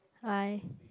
I